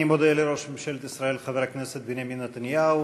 אני מודה לראש ממשלת ישראל חבר הכנסת בנימין נתניהו.